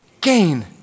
Gain